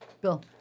Bill